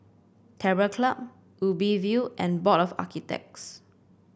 Terror Club Ubi View and Board of Architects